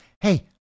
Hey